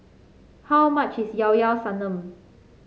how much is Llao Llao Sanum